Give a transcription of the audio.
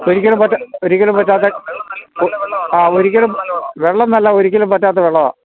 വെള്ളം നല്ലതാണ് ഒരിക്കലും വറ്റാത്ത വെള്ളമാണ്